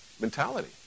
mentality